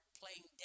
playing